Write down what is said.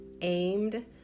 aimed